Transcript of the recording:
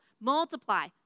multiply